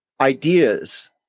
Ideas